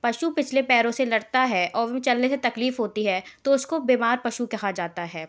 पशु पिछले पैरो से लड़ता है चलने से तकलीफ़ होती है तो उसको बीमार पशु कहा जाता है